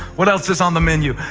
what else is on the menu?